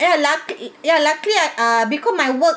ya lucky ya luckily I uh because my work